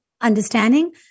understanding